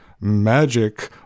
magic